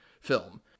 film